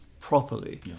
properly